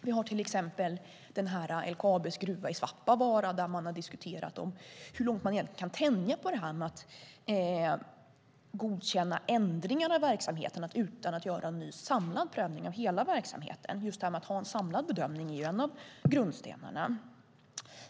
Vi har till exempel LKAB:s gruva i Svappavaara där man har diskuterat hur långt man egentligen kan tänja på att godkänna ändringar av verksamheten utan att göra en ny samlad prövning av hela verksamheten. Just detta med att ha en samlad bedömning är en av grundstenarna.